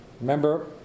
Remember